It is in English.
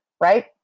right